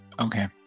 okay